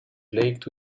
plagued